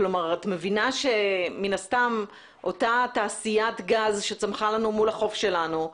את מבינה שמן הסתם אותה תעשיית גז שצמחה לנו מול החוף שלנו,